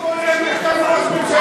אבל לא כל יום יש לנו ראש ממשלה שמדבר.